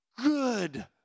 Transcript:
Good